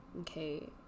okay